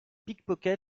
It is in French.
pickpocket